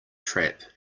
trap